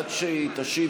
עד שהיא תשיב,